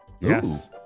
Yes